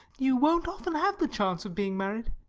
you won't often have the chance of being married.